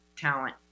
talent